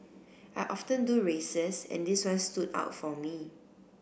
I often do races and this one stood out for me